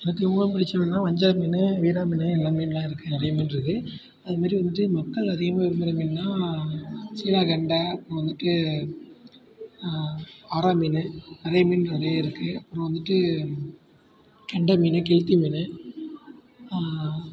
எனக்கு ரொம்ப ரொம்ப பிடித்த மீனுன்னா வஞ்சர மீன் விரா மீன் எல்லா மீன்லாம் இருக்குது நிறைய மீன் இருக்குது அதுமாரி வந்துட்டு மக்கள் அதிகமாக விரும்புகிற மீனுன்னா சீலா கெண்டை அப்புறம் வந்துட்டு ஆரா மீன் நிறைய மீன் வகை இருக்குது அப்புறம் வந்துட்டு கெண்டை மீன் கெழுத்தி மீன்